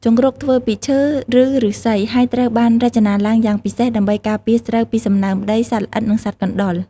ជង្រុកធ្វើពីឈើ ឬឫស្សី ហើយត្រូវបានរចនាឡើងយ៉ាងពិសេស ដើម្បីការពារស្រូវពីសំណើមដី សត្វល្អិត និងសត្វកណ្តុរ។